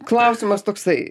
klausimas toksai